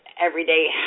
everyday